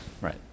Right